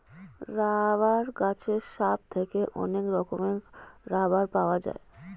rubber গাছের sap থেকে অনেক রকমের রাবার পাওয়া যায়